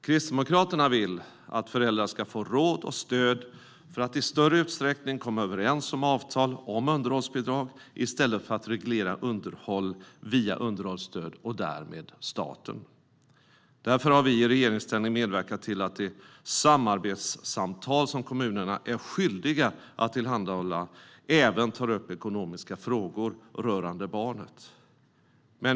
Kristdemokraterna vill att föräldrar ska få råd och stöd för att i större utsträckning komma överens om avtal om underhållsbidrag i stället för att reglera underhåll via underhållsstöd och därmed staten. Därför har vi i regeringsställning medverkat till att de samarbetssamtal som kommunerna är skyldiga att tillhandahålla även tar upp ekonomiska frågor rörande barnet.